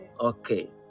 Okay